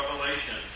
revelation